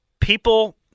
people